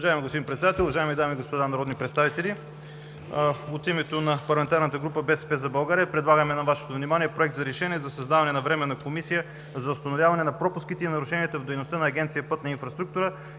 Уважаеми господин Председател, уважаеми дами и господа народни представители! От името на Парламентарната група на „БСП за България“ предлагаме на Вашето внимание Проект за решение за създаване на Временна комисия за установяване на пропуските и нарушенията в дейността на Агенция „Пътна инфраструктура“